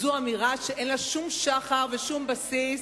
זו אמירה שאין לה שום שחר ושום בסיס,